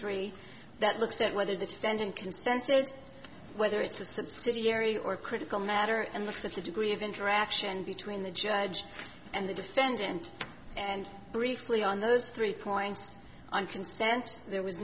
three that looks at whether the defendant consented whether it's a subsidiary or critical matter and looks at the degree of interaction between the judge and the defendant and briefly on those three points on consent there was